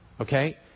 Okay